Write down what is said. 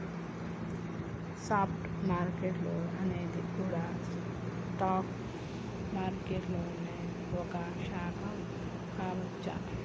spot market అనేది గూడా stock మారికెట్టులోనే ఒక శాఖ కావచ్చు